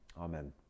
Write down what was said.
Amen